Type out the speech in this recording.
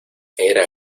era